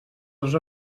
dels